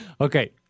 Okay